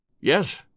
Yes